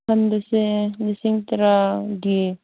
ꯍꯟꯗꯛꯁꯦ ꯂꯤꯁꯤꯡ ꯇꯔꯥꯒꯤ